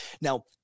now